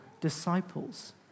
disciples